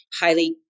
highly